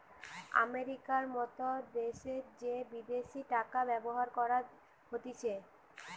আমেরিকার মত দ্যাশে যে বিদেশি টাকা ব্যবহার করা হতিছে